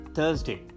Thursday